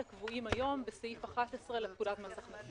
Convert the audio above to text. קבועים היום בסעיף 11 לפקודת מס הכנסה.